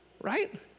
right